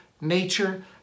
nature